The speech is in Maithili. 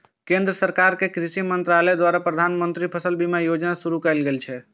केंद्र सरकार के कृषि मंत्रालय द्वारा प्रधानमंत्री फसल बीमा योजना शुरू कैल गेल छै